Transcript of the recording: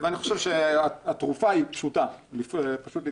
ואני חושב שהתרופה פשוטה, פשוט להתפטר.